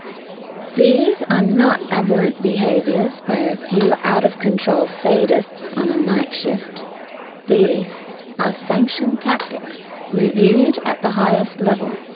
these are not aberrant behaviours by a few out-of-control sadists on a night shift these are sanctioned tactics, reviewed at the highest level.